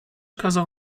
kazał